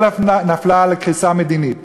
לא נפלה על קריסה מדינית,